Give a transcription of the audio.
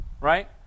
right